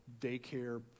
daycare